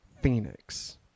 Phoenix